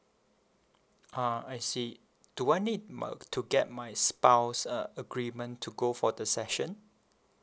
ah I see do I need my to get my spouse uh agreement to go for the session